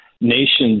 Nations